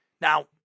Now